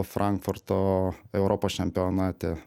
frankfurto europos čempionate